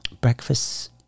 breakfast